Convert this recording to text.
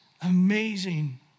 amazing